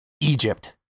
Egypt